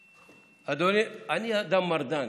אדוני, אני אדם מרדן.